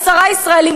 עשרה ישראלים,